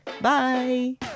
bye